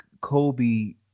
Kobe